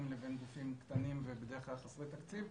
לבין גופים קטנים ובדרך כלל חסרי תקציב,